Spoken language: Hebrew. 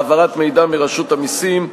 העברת מידע מרשות המסים,